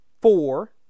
four